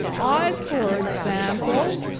i, for example,